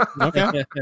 Okay